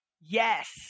Yes